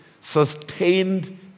sustained